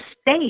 state